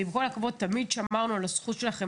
ועם כל הכבוד תמיד שמרנו על הזכות שלכם